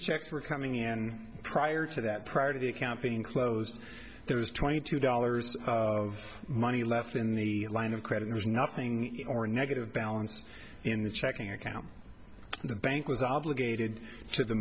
checks were coming in and prior to that prior to the account being closed there was twenty two dollars of money left in the line of credit there's nothing or negative balance in the checking account the bank was obligated to the